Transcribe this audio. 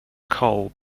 coal